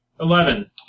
Eleven